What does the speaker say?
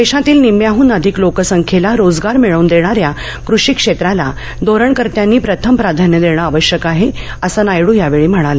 देशातील निम्म्याहन अधिक लोकसंख्येला रोजगार मिळवून देणाऱ्या कृषी क्षेत्राला धोरणकर्त्यांनी प्रथम प्राधान्य देण आवश्यक आहे असं नायड् यावेळी म्हणाले